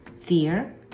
fear